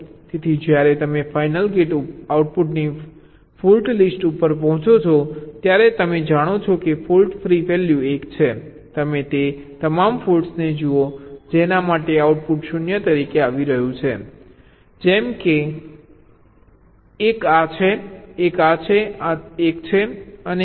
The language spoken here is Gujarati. તેથી જ્યારે તમે ફાઈનલ ગેટ આઉટપુટની ફોલ્ટ લિસ્ટ ઉપર પહોંચો છો ત્યારે તમે જાણો છો કે ફોલ્ટ ફ્રી વેલ્યુ 1 છે તમે તે તમામ ફોલ્ટ્સ જુઓ જેના માટે આઉટપુટ 0 તરીકે આવી રહ્યું છે જેમ કે એક આ છે એક આ છે આ એક છે અને એક આ છે